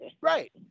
Right